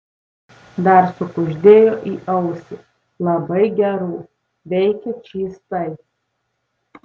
dar sukuždėjo į ausį labai gerų veikia čystai